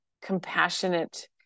compassionate